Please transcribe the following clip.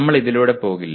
നമ്മൾ ഇതിലൂടെ പോകില്ല